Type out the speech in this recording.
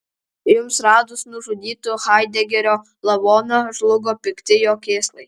jums radus nužudytojo haidegerio lavoną žlugo pikti jo kėslai